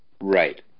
Right